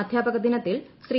അധ്യാപക ദിനത്തിൽ ശ്രീ